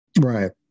Right